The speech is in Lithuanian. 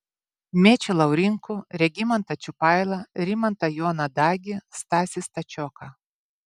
mečį laurinkų regimantą čiupailą rimantą joną dagį stasį stačioką